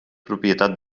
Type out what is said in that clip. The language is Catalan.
propietat